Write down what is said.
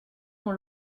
dans